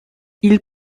ils